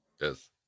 yes